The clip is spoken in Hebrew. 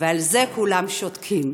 ועל זה כולם שותקים.